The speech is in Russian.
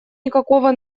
никакого